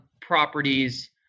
properties